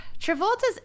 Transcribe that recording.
travolta's